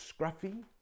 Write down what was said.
scruffy